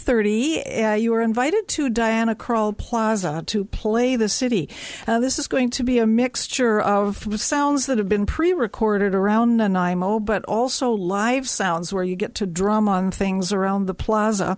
thirty and you are invited to diana krall plaza to play the city this is going to be a mixture of sounds that have been prerecorded around and imo but also live sounds where you get to drama things around the plaza